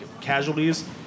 casualties